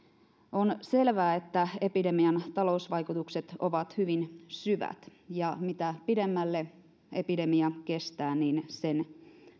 on selvää että epidemian talousvaikutukset ovat hyvin syvät ja mitä pidemmälle epidemia kestää niin sen